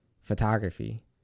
photography